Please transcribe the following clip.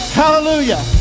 hallelujah